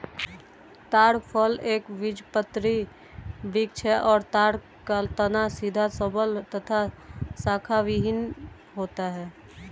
ताड़ फल एक बीजपत्री वृक्ष है और ताड़ का तना सीधा सबल तथा शाखाविहिन होता है